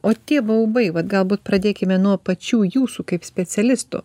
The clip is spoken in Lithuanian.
o tie baubai vat galbūt pradėkime nuo pačių jūsų kaip specialisto